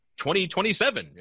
2027